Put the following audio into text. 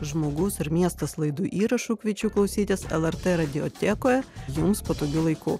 žmogus ir miestas laidų įrašų kviečiu klausytis lrt radiotekoje jums patogiu laiku